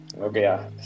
Okay